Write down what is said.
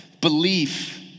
belief